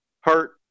hurt